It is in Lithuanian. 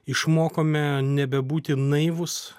išmokome nebebūti naivūs